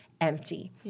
empty